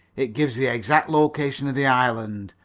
it gives the exact location or the island,